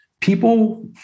people